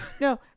No